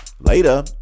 later